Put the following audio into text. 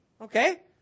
Okay